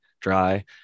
dry